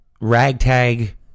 ragtag